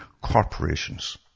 Corporations